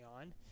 on